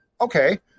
Okay